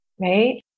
right